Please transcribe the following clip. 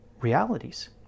realities